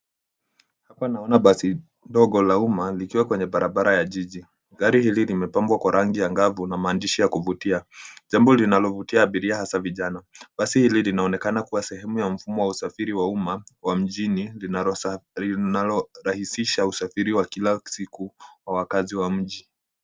Hapa naona basi ndogo la umma likiwa kwenye barabara ya jiji. Gari hili limepambwa kwa rangi angavu na maandishi ya kuvutia, jambo linalovutia abiria hasa vijana. Basi hili linaonekana kuwa sehemu ya mfumo wa usafiri wa umma wa mjini linalorahisisha usafiri wa kila siku wa wakaazi wa mji.